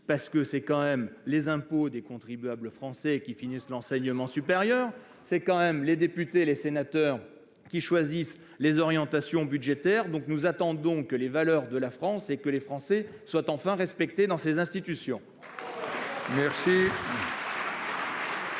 ! Ce sont tout de même les impôts des contribuables français qui financent l'enseignement supérieur, et ce sont encore les députés et les sénateurs qui choisissent les orientations budgétaires. Or nous attendons que les valeurs de la France et les Français soient enfin respectés dans ces institutions. La parole est